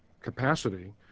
capacity